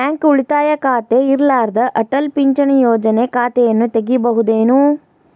Bank ಉಳಿತಾಯ ಖಾತೆ ಇರ್ಲಾರ್ದ ಅಟಲ್ ಪಿಂಚಣಿ ಯೋಜನೆ ಖಾತೆಯನ್ನು ತೆಗಿಬಹುದೇನು?